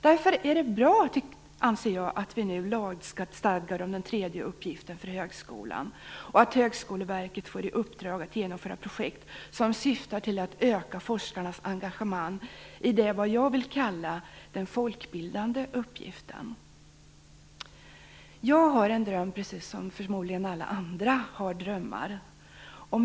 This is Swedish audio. Därför är det bra, anser jag, att vi nu lagstadgar om den tredje uppgiften för högskolan och att Högskoleverket får i uppdrag att genomföra projekt som syftar till att öka forskarnas engagemang i vad jag vill kalla den folkbildande uppgiften. Jag har en dröm, precis som alla andra förmodligen också har drömmar.